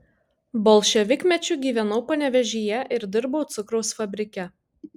bolševikmečiu gyvenau panevėžyje ir dirbau cukraus fabrike